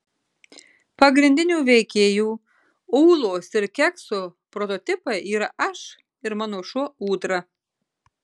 pagrindinių veikėjų ūlos ir kekso prototipai yra aš ir mano šuo ūdra